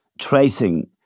tracing